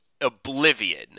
oblivion